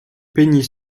peignit